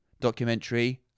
documentary